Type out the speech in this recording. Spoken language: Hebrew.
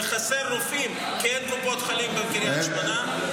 ושחסרים רופאים כי אין קופות חולים בקריית שמונה.